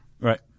Right